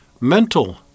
mental